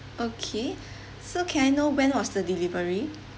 okay so can I know when was the delivery